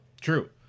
True